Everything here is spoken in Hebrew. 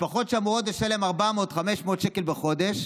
משפחות שאמורות לשלם 400, 500 שקל בחודש,